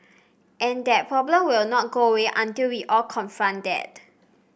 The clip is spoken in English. and that problem will not go away until we all confront that